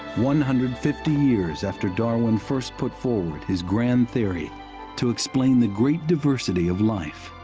one-hundred-fifty years after darwin first put forward his grand theory to explain the great diversity of life,